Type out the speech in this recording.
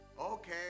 Okay